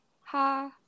Ha